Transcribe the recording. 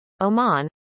Oman